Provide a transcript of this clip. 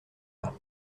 pas